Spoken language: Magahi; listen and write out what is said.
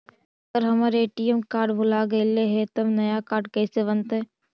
अगर हमर ए.टी.एम कार्ड भुला गैलै हे तब नया काड कइसे बनतै?